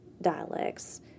dialects